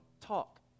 Talk